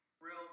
Real